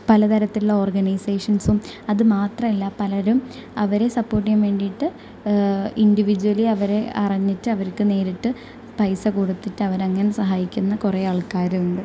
പലതരത്തിലുള്ള ഓർഗനൈസേഷൻസും അതുമാത്രമല്ല പലരും അവരെ സപ്പോട്ട് ചെയ്യാൻ വേണ്ടിയിട്ട് ഇൻഡിവ്യൂജലി അവരെ അറിഞ്ഞിട്ട് അവർക്ക് നേരിട്ട് പൈസ കൊടുത്തിട്ട് അവർ അങ്ങനെ സഹായിക്കുന്ന കുറെ ആൾക്കാരുണ്ട്